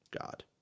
God